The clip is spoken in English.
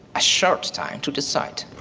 a short time, to decide.